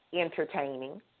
Entertaining